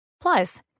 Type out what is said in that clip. Plus